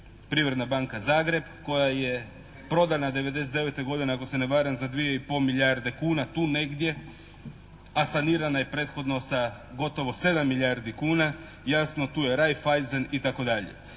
Privredna banka Zagreb koja je prodana 1999. godine ako se ne varam za dvije i pol milijarde kuna, tu negdje, a sanirana je prethodno sa gotovo 7 milijardi kuna. Jasno, tu je Raiffaissen i